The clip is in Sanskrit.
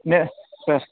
न ह